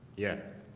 yes,